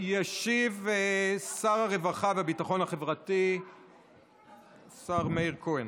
ישיב שר הרווחה והביטחון החברתי השר מאיר כהן.